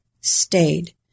stayed